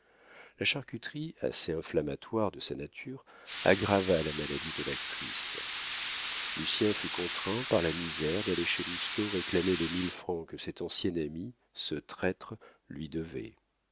la charcuterie assez inflammatoire de sa nature aggrava la maladie de l'actrice lucien fut contraint par la misère d'aller chez lousteau réclamer les mille francs que cet ancien ami ce traître lui devait